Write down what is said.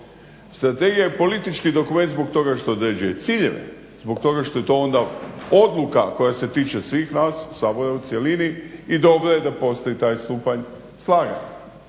Strategija je politički dokument zbog toga što određuje ciljeve, zbog toga što je to onda odluka koja se tiče svih nas, Sabora u cjelini i dobro je da postoj taj stupanj slaganja.